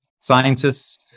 scientists